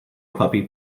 puppy